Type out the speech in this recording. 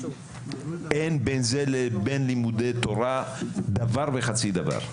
אין בין זה לבין לימודי תורה דבר וחצי דבר.